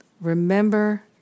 Remember